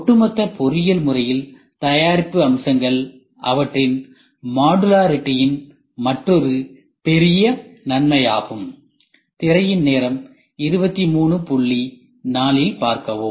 ஒட்டுமொத்த பொறியியல் முறையில் தயாரிப்பு அம்சங்கள் அவற்றின் சாத்தியமான செயல்முறைகள் ஒன்றுக்கொன்று தொடர்புபடுத்துவது மாடுலாரிடியின் மற்றொரு பெரிய நன்மை ஆகும்